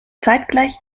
zeitgleich